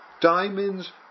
diamonds